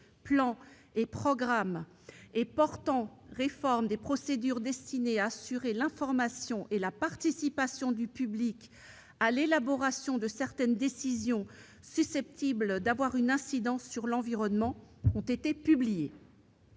du 3 août 2016 portant réforme des procédures destinées à assurer l'information et la participation du public à l'élaboration de certaines décisions susceptibles d'avoir une incidence sur l'environnement ont été publiées.